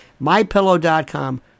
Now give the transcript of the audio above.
MyPillow.com